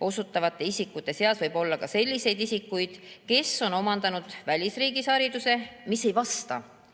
osutavate isikute seas võib olla ka selliseid isikuid, kes on omandanud välisriigis hariduse, mis ei vasta